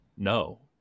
No